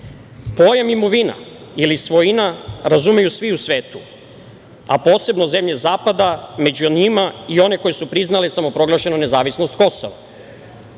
Pojam imovina ili svojina razumeju svi u svetu, a posebno zemlje zapada, među njima i one koje su priznale samoproglašenu nezavisnost Kosova.